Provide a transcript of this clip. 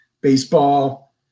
baseball